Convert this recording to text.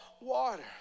water